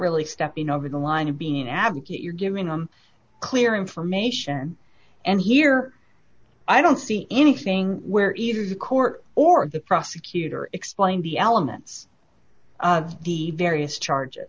really stepping over the line of being an advocate you're giving them clear information and here i don't see anything where either the court or the prosecutor explain the elements the various charges